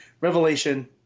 Revelation